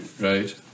Right